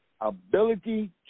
ability